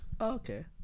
Okay